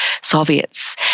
Soviets